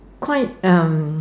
quite um